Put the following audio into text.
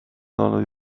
olnud